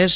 S